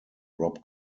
rob